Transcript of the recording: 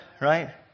Right